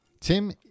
Tim